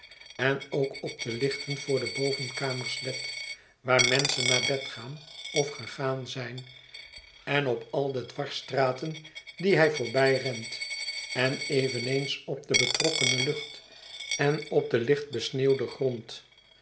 en ook op de lichten voor de bovenkamers let waar menschen naar bed gaan of gegaan zijn en op al de dwarsstraten die hij voorbijrent en eveneens op de betrokkene lucht en op den licht besneeuwden grond